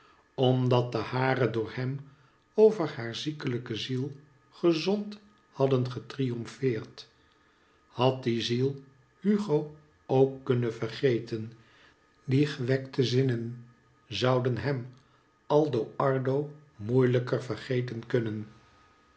omdat de hare door hem over haar ziekelijke ziel gezond hadden getriomfeerd had die ziel hugo ook kunnen vergeten die gewekte zinnen zouden hem aldo ardo moeilijker vergeten kunnen